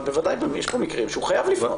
בוודאי שיש פה מקרים שהוא חייב לפנות.